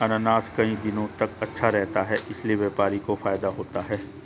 अनानास कई दिनों तक अच्छा रहता है इसीलिए व्यापारी को फायदा होता है